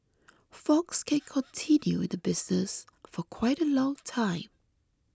fox can continue in the business for quite a long time